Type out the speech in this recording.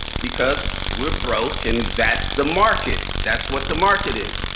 because we're broke. and that's the market. that's what the market is.